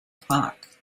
park